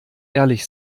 ehrlich